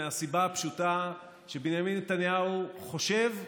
מהסיבה הפשוטה שבנימין נתניהו חושב,